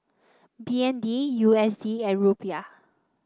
B N D U S D and Rupiah